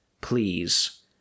please